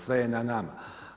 Sve je na nama.